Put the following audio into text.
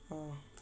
uh